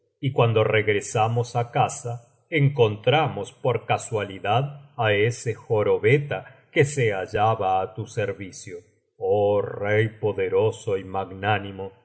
y cuando regresamos á casa encontramos por casualidad á ese jorobeta que se hallaba á tu servicio oh rey poderoso y magnánimo